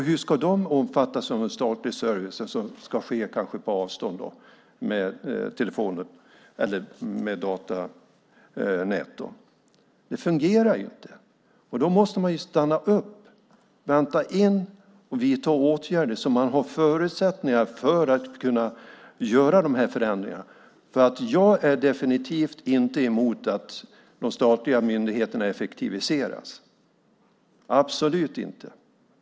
Hur ska de omfattas av en statlig service som kanske ska ske på avstånd via telefon och datanät? Det fungerar inte! Därför måste man stanna upp, vänta in och vidta åtgärder så att man har förutsättningar för att kunna göra de här förändringarna. Jag är definitivt inte emot att de statliga myndigheterna effektiviseras - absolut inte.